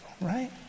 right